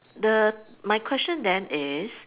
the my question then is